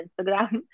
Instagram